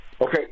Okay